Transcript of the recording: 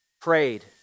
prayed